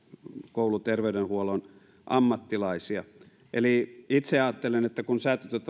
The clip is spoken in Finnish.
kouluterveydenhuollon ammattilaisia itse ajattelen että kun